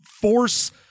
force